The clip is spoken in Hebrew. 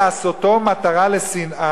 להשפיל אדם בעיני הבריות, או לעשותו מטרה לשנאה,